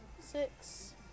six